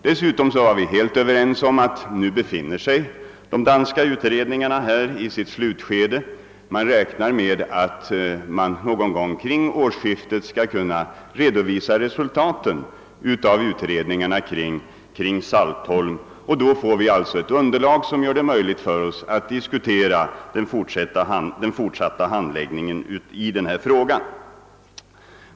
Dessutom stod det klart vid vårt samtal att de danska utredningarna befinner sig i sitt slutskede och man räknar med att någon gång vid åsskiftet kunna redovisa resultaten av utredningarna om Saltholm. Då får vi ett underlag som möjliggör diskussion om den fortsatta handläggningen av frågan.